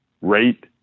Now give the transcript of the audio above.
rate